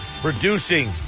producing